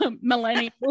millennial